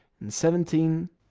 nine, seventeen.